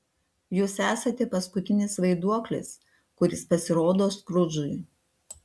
jūs esate paskutinis vaiduoklis kuris pasirodo skrudžui